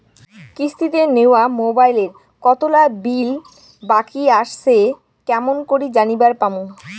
কিস্তিতে নেওয়া মোবাইলের কতোলা বিল বাকি আসে কেমন করি জানিবার পামু?